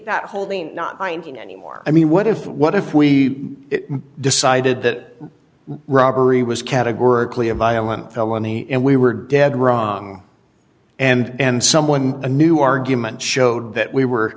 that holding not binding anymore i mean what if what if we decided that robbery was categorically a violent felony and we were dead wrong and someone a new argument showed that we were